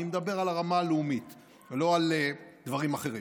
אני מדבר על הרמה הלאומית, לא על דברים אחרים.